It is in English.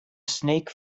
snake